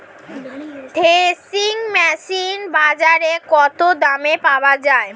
Threshing machine বাজারে কত দামে পাওয়া যায়?